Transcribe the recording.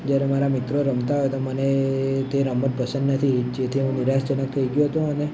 જ્યારે મારા મિત્રો રમતા હોય તો મને તે રમત પસંદ નથી જે જેથી હું નિરાશાજનક થઈ ગયો તો અને